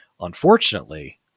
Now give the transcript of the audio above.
Unfortunately